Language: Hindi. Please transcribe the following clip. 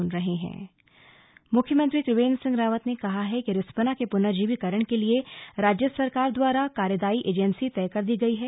सीएम मुलाकात मुख्यमंत्री त्रिवेन्द्र सिंह रावत ने कहा है कि रिस्पना के पुनर्जीवीकरण के लिये राज्य सरकार द्वारा कार्यदायी एजेन्सी तय कर दी गई है